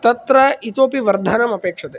तत्र इतोऽपि वर्धनम् अपेक्षते